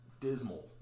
dismal